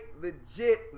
legit